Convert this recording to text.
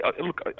look